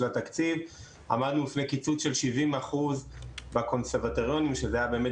התקציב עמדנו בפני קיצוץ של 70% בקונסרבטוריונים שזה היה באמת